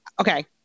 okay